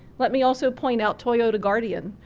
let me also point out toyota guardian,